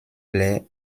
les